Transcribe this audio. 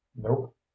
nope